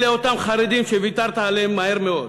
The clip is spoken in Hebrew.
אלה אותם חרדים שוויתרת עליהם מהר מאוד.